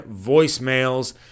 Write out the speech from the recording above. voicemails